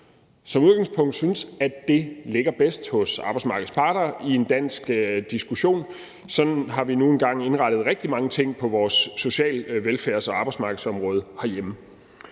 som udgangspunkt synes, at det ligger bedst hos arbejdsmarkedets parter i en dansk diskussion. Sådan har vi nu engang indrettet rigtig mange ting på vores social-, velfærds- og arbejdsmarkedsområde herhjemme.